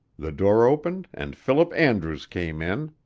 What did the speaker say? the door opened and philip andrews came in.